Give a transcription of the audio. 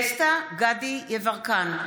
דסטה גדי יברקן,